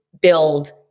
build